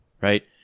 right